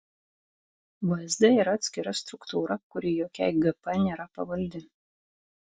vsd yra atskira struktūra kuri jokiai gp nėra pavaldi